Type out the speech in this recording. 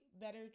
better